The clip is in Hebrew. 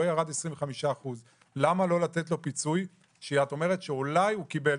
לו ירדו 25%. למה לא לתת לו פיצוי כי את אומרת שאולי הוא קיבל.